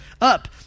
Up